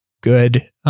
good